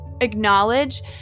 acknowledge